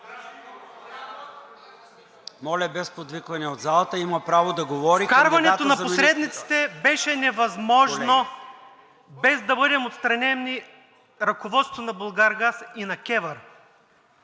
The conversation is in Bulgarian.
Моля, без подвиквания от залата. Има право да говори. НИКОЛАЙ ПАВЛОВ: Вкарването на посредниците беше невъзможно, без да бъдем отстранени от ръководството на „Булгаргаз“ и на КЕВР.